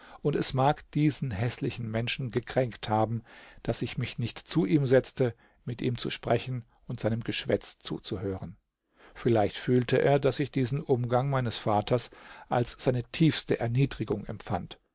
und es mag diesen häßlichen menschen gekränkt haben daß ich mich nicht zu ihm setzte mit ihm zu sprechen und seinem geschwätz zuzuhören vielleicht fühlte er daß ich diesen umgang meines vaters als seine tiefste erniedrigung empfand